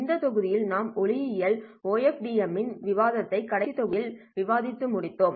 இந்த தொகுதியில் நாம் ஒளியியல் OFDM ன் விவாதத்தை கடைசி தொகுதியில் விவாதித்து முடித்தோம்